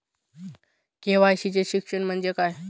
KYC चे शिक्षण म्हणजे काय?